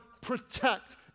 protect